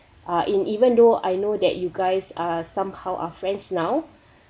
uh in even though I know that you guys are somehow are friends now